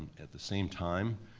at the same time,